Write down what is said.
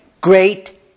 great